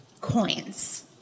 coins